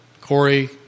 Corey